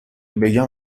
بگم